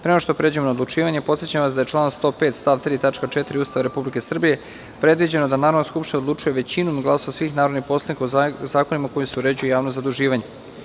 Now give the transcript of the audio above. Pre nego što pređemo na odlučivanje, podsećam vas da je članom 105. stav 3. tačka 4. Ustava Republike Srbije, predviđeno da Narodna skupština odlučuje većinom glasova svih narodnih poslanika o zakonima kojima se uređuje javno zaduživanje.